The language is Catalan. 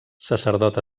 sacerdot